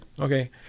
okay